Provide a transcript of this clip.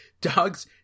dogs